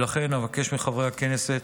ולכן אבקש מחברי הכנסת